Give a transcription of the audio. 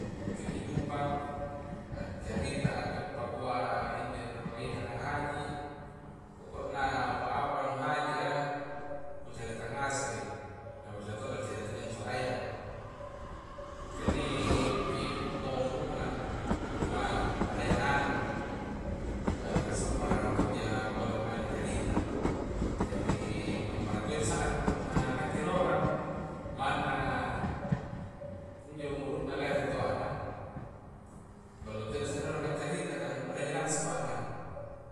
Kehidupang accarita a teppa kua inni narolikanga na haji' pokok na apa-apa nu haji'a kucarita ngase'i na macca todoja accarita nu salahyya kinni kep tong umuru'na cumang nu padai ya nak-anak a baha sambarang to'ja pole maeng na cerita jari gammara to di sa'ring punna nakke na urang manna injo umuru'na lere toana ballo to di sa'ring carita kah nu padaiji nak-anak sipa'na